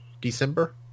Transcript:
December